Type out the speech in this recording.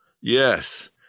Yes